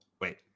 wait